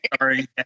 sorry